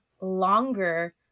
longer